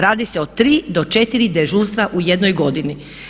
Radi se o 3 do 4 dežurstva u jednoj godini.